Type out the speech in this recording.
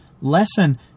lesson